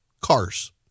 Cars